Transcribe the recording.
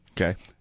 Okay